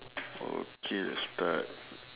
okay start